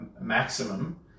maximum